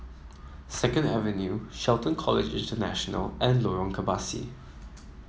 Second Avenue Shelton College International and Lorong Kebasi